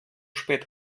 spät